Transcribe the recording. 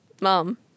mom